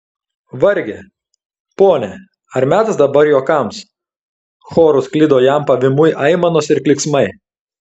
varge pone ar metas dabar juokams choru sklido jam pavymui aimanos ir klyksmai